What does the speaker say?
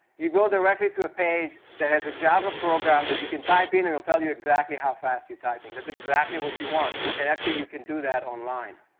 you go directly to a page that has a java program that you can type in. it'll tell you exactly how fast you're typing. that's exactly what you want. and, actually, you can do that online.